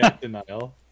denial